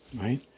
right